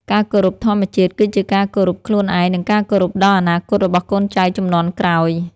ការគោរពធម្មជាតិ គឺជាការគោរពខ្លួនឯង និងការគោរពដល់អនាគតរបស់កូនចៅជំនាន់ក្រោយ។